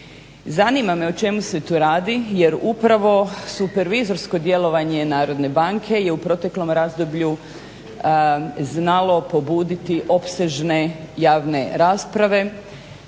Zanima me o čemu se tu radi jer upravo supervizorsko djelovanje Narodne banke je u proteklom razdoblju znalo pobuditi opsežne javne rasprave